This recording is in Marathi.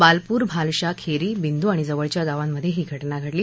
बालपूर भालशा खेरी बिंदू आणि जवळच्या गावांमध्ये ही घटना घडली